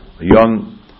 young